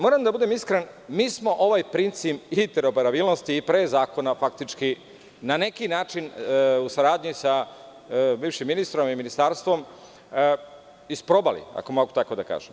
Moram da budem iskren, mi smo ovaj princip interoparabilnosti i pre zakona faktički na neki način u saradnji sa bivšim ministrom i Ministarstvom isprobali, ako mogu tako da kažem.